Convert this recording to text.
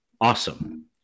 Awesome